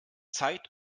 zeit